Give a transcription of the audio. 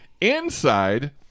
Inside